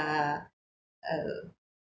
a uh